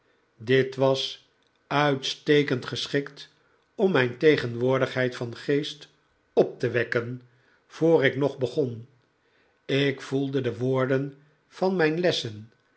dit was uitstekend geschikt om mijn tegenwoordigheid van geest op te wekken voor ik nog begon ik voelde de woorden van mijn lessen